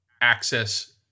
access